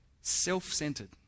self-centered